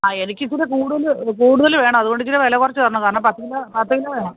ആ എനിക്ക് ഇച്ചിരി കൂടുതൽ കൂടുതൽ വേണം അതുകൊണ്ട് ഇച്ചിരി വില കുറച്ച് തരണം കാരണം പത്ത് കിലോ പത്ത് കിലോ വേണം